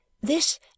This